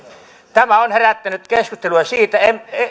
tämä on herättänyt keskustelua siitä